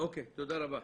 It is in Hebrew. אוקי, תודה רבה.